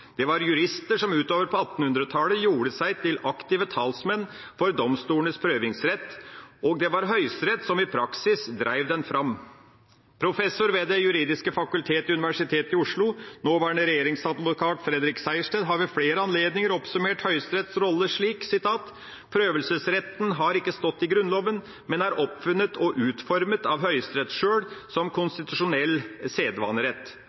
Det var jurister som utover på 1800-tallet gjorde seg til aktive talsmenn for domstolenes prøvingsrett, og det var Høyesterett som i praksis drev den fram. Professor ved Det juridiske fakultet ved Universitetet i Oslo, nåværende regjeringsadvokat Fredrik Sejersted, har ved flere anledninger oppsummert Høyesteretts rolle slik: «prøvelsesretten» har ikke stått i Grunnloven, men er oppfunnet og utformet av Høyesterett selv, som konstitusjonell sedvanerett.»